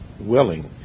willing